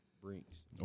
Brinks